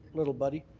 little buddy,